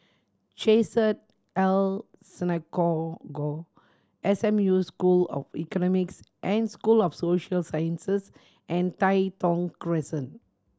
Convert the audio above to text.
Chesed El Synagogue S M U School of Economics and School of Social Sciences and Tai Thong Crescent